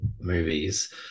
movies